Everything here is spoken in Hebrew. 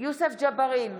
יוסף ג'בארין,